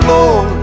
Lord